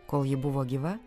kol ji buvo gyva